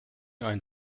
ein